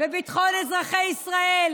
בביטחון אזרחי ישראל,